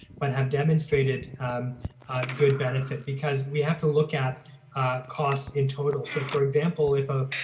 but have demonstrated a good benefit because we have to look at costs in total. so for example, if a